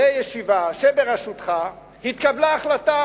בישיבה בראשותך התקבלה החלטה,